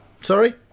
Sorry